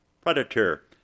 predator